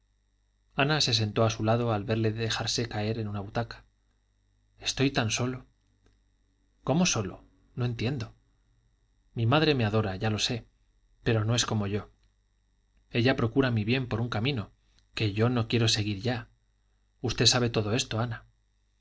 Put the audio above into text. se sentó a su lado al verle dejarse caer en una butaca estoy tan solo cómo solo no entiendo mi madre me adora ya lo sé pero no es como yo ella procura mi bien por un camino que yo no quiero seguir ya usted sabe todo esto ana